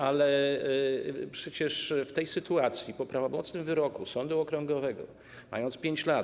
Ale przecież w tej sytuacji, po prawomocnym wyroku sądu okręgowego, mając 5 lat.